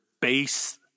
base